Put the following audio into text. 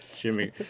Jimmy